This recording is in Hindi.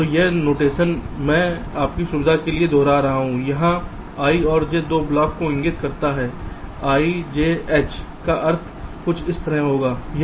तो यह नोटेशन मैं आपकी सुविधा के लिए दोहरा रहा हूं यह i और j दो ब्लॉकों को इंगित करता है ijH का अर्थ कुछ इस तरह है